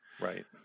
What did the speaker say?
Right